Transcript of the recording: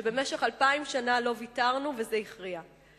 שבמשך אלפיים שנה לא ויתרנו, וזה הכריע.